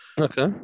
Okay